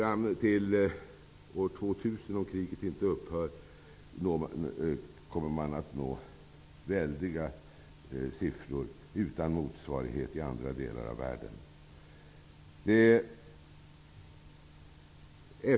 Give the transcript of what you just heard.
Om kriget inte upphör till år 2000 kommer man att nå väldiga siffror som saknar motsvarighet i övriga delar av världen.